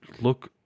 look